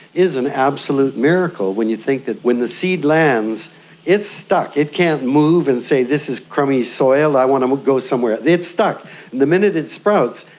is an absolute miracle when you think that when the seed lands it's stuck, it can't move and say this is crummy soil, i want to go somewhere, it's stuck. and the minute it sprouts,